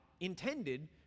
intended